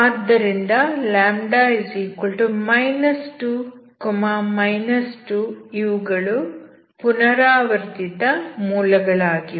ಆದ್ದರಿಂದ λ 2 2 ಇವುಗಳು ಪುನರಾವರ್ತಿತ ಮೂಲಗಳಾಗಿವೆ